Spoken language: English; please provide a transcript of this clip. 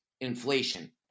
inflation